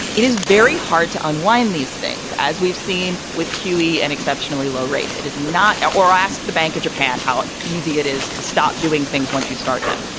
it is very hard to unwind these things, as we've seen with qe and exceptionally low rates. it is not at or ask the bank of japan how easy it is to stop doing things once you start them.